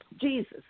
Jesus